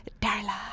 Darla